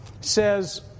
says